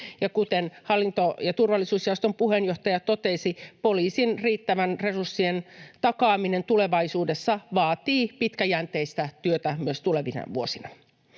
kuten hallinto- ja turvallisuusjaoston puheenjohtaja totesi, poliisin riittävien resurssien takaaminen tulevaisuudessa vaatii pitkäjänteistä työtä myös tulevina vuosina.